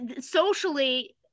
socially